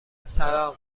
سلام